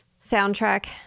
soundtrack